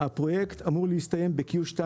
הפרויקט אמור להסתיים ב-Q2